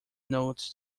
notes